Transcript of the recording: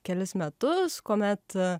kelis metus kuomet